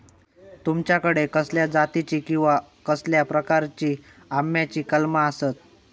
तुमच्याकडे कसल्या जातीची किवा कसल्या प्रकाराची आम्याची कलमा आसत?